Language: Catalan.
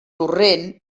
torrent